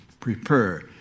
Prepare